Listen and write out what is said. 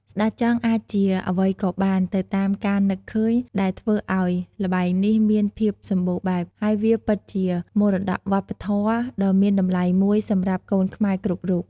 ស្តេចចង់ អាចជា អ្វីក៏បាន ទៅតាម ការនឹកឃើញ ដែលធ្វើឲ្យ ល្បែងនេះមានភាពសម្បូរបែប ហើយវាពិតជា មរតកវប្បធម៌ដ៏មានតម្លៃមួយ សម្រាប់កូនខ្មែរគ្រប់រូប។